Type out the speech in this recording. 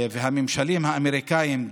והממשלים האמריקאים,